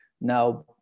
Now